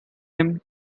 him